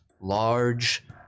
large